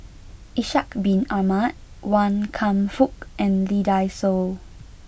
Ishak bin Ahmad Wan Kam Fook and Lee Dai Soh